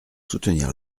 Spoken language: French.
soutenir